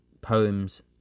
poems